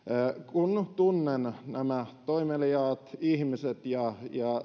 kun tunnen nämä toimeliaat ihmiset ja